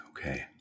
Okay